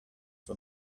for